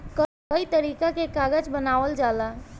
कई तरीका के कागज बनावल जाला